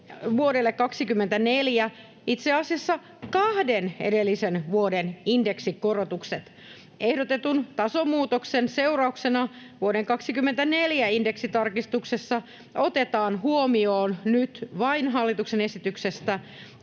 vuodelle 24 itse asiassa kahden edellisen vuoden indeksikorotukset. Ehdotetun tasomuutoksen seurauksena vuoden 24 indeksitarkistuksessa otetaan huomioon nyt hallituksen esityksestä